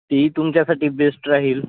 तीही तुमच्यासाठी बेस्ट राहील